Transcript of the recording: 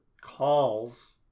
calls